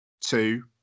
two